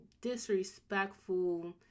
disrespectful